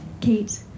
Kate